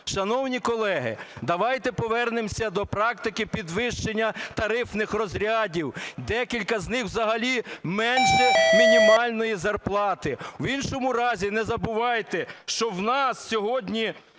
Шановні колеги, давайте повернемося до практики підвищення тарифних розрядів, декілька з них взагалі менше мінімальної зарплати. В іншому разі не забувайте, що в нас сьогодні